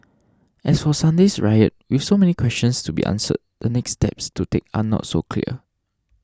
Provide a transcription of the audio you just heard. as for Sunday's riot with so many questions to be answered the next steps to take are not so clear